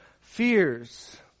fears